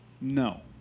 no